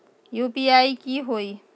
UPI की होई?